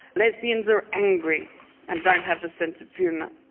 lesbians are angry and don't have a sense of humour,